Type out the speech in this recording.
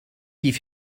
die